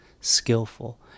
skillful